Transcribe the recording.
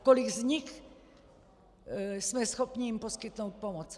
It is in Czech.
Kolika z nich jsme schopni poskytnout pomoc.